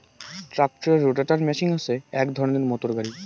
ট্রাক্টরের rotator machine হসে এক ধরণের মোটর গাড়ি